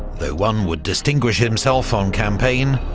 though one would distinguish himself on campaign,